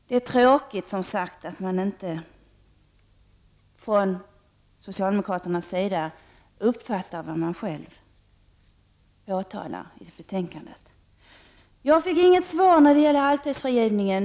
Det är som sagt tråkigt att socialdemokraterna inte uppfattar vad de själva påtalar i betänkandet. Jag fick inget svar på frågan om halvtidsfrigivningen.